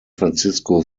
francisco